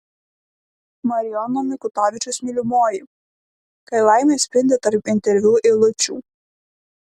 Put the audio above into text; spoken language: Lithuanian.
marijono mikutavičiaus mylimoji kai laimė spindi tarp interviu eilučių